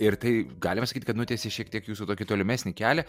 ir tai galima sakyt kad nutiesė šiek tiek jūsų tokį tolimesnį kelią